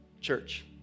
Church